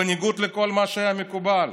בניגוד לכל מה שהיה מקובל.